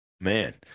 man